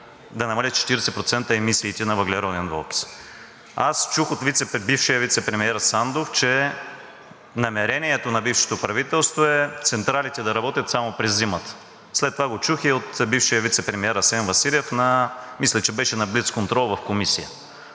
да намалят с 40% емисиите на въглероден двуокис. Аз чух от бившия вицепремиер Сандов, че намерението на бившето правителство е централите да работят само през зимата, след това го чух и от бившия вицепремиер Асен Василев, мисля, че беше на блицконтрол в комисия.